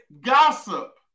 gossip